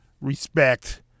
respect